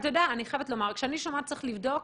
אני חייבת לומר, כשאני שומעת צריך לבדוק,